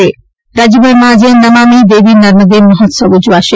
રાજ્યભરમાં આજે નમામિ દેવી નર્મદે મહોત્સવ ઉજવાશે